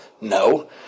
No